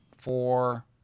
four